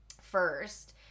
first